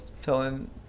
telling